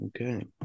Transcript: Okay